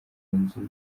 nzu